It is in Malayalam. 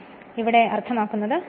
അതിനാൽ അതാണ് ഇവിടെ അർത്ഥമാക്കുന്നത്